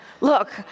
look